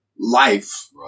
life